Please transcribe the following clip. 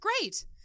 Great